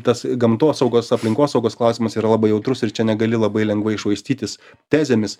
tas gamtosaugos aplinkosaugos klausimas yra labai jautrus ir čia negali labai lengvai švaistytis tezėmis